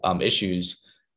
issues